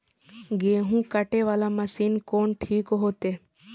गेहूं कटे वाला मशीन कोन ठीक होते?